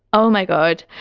oh, my god,